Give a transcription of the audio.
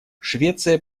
швеция